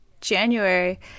January